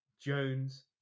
Jones